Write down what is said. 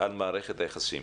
על מערכת היחסים.